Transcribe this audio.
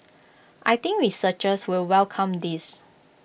I think researchers will welcome this